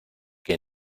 que